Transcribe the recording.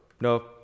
no